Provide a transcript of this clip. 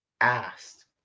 asked